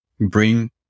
bring